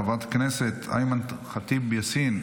חברת הכנסת אימאן ח'טיב יאסין,